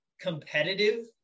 competitive